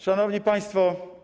Szanowni Państwo!